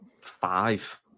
five